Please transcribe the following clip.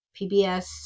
PBS